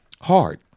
hard